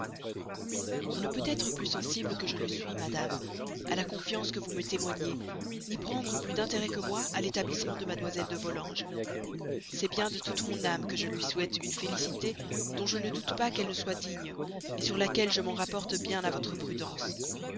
on ne peut être plus sensible que je le suis madame à la confiance que vous me témoignez ni prendre plus d'intérêt que moi à l'établissement de mademoiselle de volanges c'est bien de toute mon âme que je lui souhaite une félicité dont je ne doute pas qu'elle ne soit digne sur laquelle je m'en rapporte bien à votre prudence